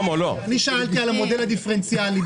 אני שאלתי על המודל הדיפרנציאלי.